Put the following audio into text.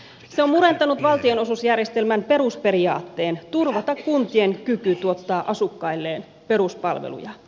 se on murentanut valtionosuusjärjestelmän perusperiaatteen turvata kuntien kyky tuottaa asukkailleen peruspalveluja